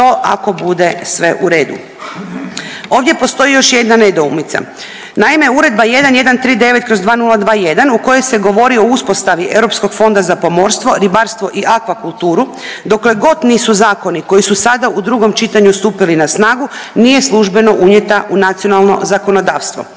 to ako bude sve u redu. Ovdje postoji još jedna nedoumica. Naime, Uredba 1139/2021 u kojoj se govori o uspostavi Europskog fonda za pomorstvo, ribarstvo i akvakulturu dokle god nisu zakoni koji su sada u drugom čitanju stupili na snagu nije službeno unijeta u nacionalno zakonodavstvo.